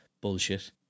bullshit